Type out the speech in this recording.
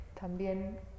también